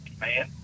man